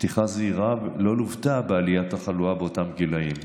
פתיחה זהירה לא לוותה בעלייה התחלואה באותם גילים.